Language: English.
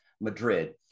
Madrid